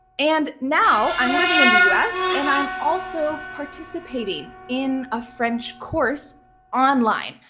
and now i'm living in the us and i'm also participating in a french course online.